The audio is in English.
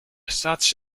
such